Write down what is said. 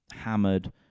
hammered